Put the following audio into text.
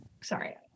sorry